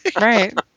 Right